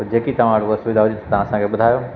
पोइ जेकि तव्हां वटि उह सुविधा हुजे तव्हां असांखे ॿुधायो